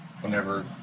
whenever